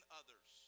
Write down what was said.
others